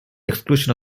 exclusion